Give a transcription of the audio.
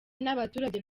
n’abaturage